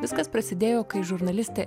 viskas prasidėjo kai žurnalistė